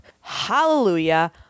Hallelujah